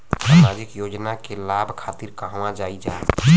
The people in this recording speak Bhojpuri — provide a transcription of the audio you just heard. सामाजिक योजना के लाभ खातिर कहवा जाई जा?